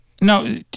No